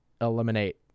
eliminate